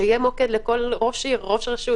שיהיה מוקד לכל ראש עיר ולכל ראש רשות